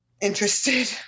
interested